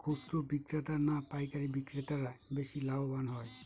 খুচরো বিক্রেতা না পাইকারী বিক্রেতারা বেশি লাভবান হয়?